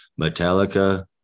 Metallica